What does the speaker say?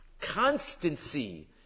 constancy